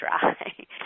dry